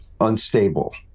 unstable